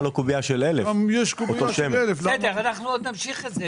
עוד נמשיך את זה.